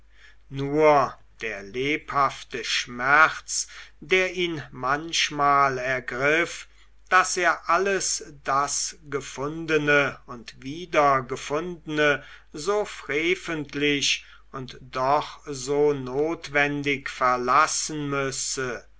nur der lebhafte schmerz der ihn manchmal ergriff daß er alles das gefundene und wiedergefundene so freventlich und doch so notwendig verlassen müsse